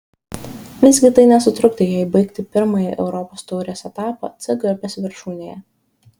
visgi tai nesutrukdė jai baigti pirmąjį europos taurės etapą c grupės viršūnėje